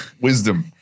Wisdom